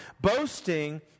Boasting